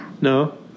No